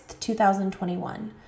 2021